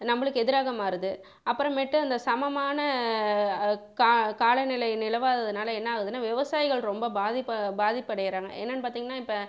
நம்பளுக்கு எதிராக மாறுது அப்பறமேட்டு அந்த சமமான அக் கா காலநிலை நிலவாததனால என்னாகுதுன்னா விவசாயிகள் ரொம்ப பாதிப்பை பாதிப்படைகிறாங்க என்னன்னு பார்த்தீங்கன்னா இப்போ